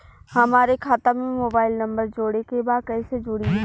हमारे खाता मे मोबाइल नम्बर जोड़े के बा कैसे जुड़ी?